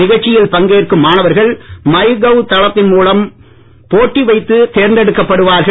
நிகழ்ச்சியில் பங்கேற்கும் மாணவர்கள் மை கவ் தளத்தின் மூலம் போட்டி வைத்து தேர்ந்தெடுக்கப்படுவார்கள்